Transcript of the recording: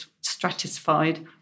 stratified